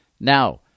Now